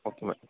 okay madam